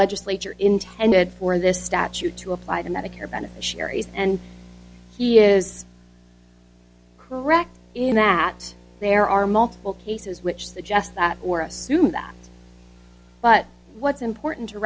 legislature intended for this statute to apply to medicare beneficiaries and he is correct in that there are multiple cases which suggest that or assume that but what's important to